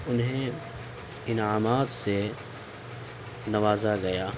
انہیں انعامات سے نوازا گیا